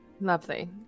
Lovely